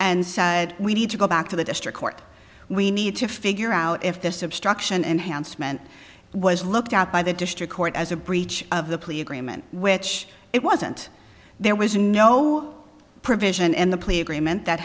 and said we need to go back to the district court we need to figure out if this obstruction enhancement was looked at by the district court as a breach of the plea agreement which it wasn't there was no provision in the plea agreement that